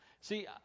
See